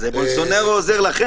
מי נגד?